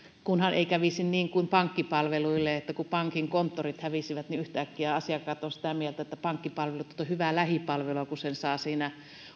kunhan ei kävisi niin kuin pankkipalveluille että kun pankkikonttorit hävisivät niin yhtäkkiä asiakkaat ovat sitä mieltä että pankkipalvelut ovat hyvää lähipalvelua kun sen saa siinä